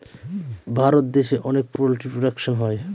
ভারত দেশে অনেক poultry production হয়